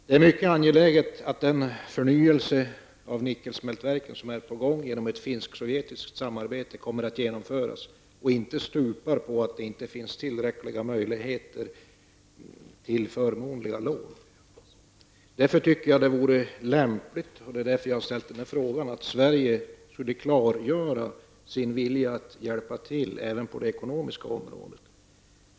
Det är mycket angeläget att den förnyelse av nickelsmältverken som är på gång genom ett finsksovjetiskt samarbete kommer att genomföras och inte stupar på att det inte finns tillräckliga möjligheter att erhålla förmånliga lån. Därför tycker jag att det vore lämpligt -- och det är därför jag har ställt frågan -- att Sverige klargör sin vilja att hjälpa till även ekonomiskt.